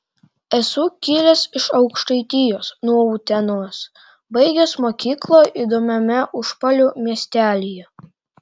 esu kilęs iš aukštaitijos nuo utenos baigęs mokyklą įdomiame užpalių miestelyje